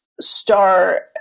star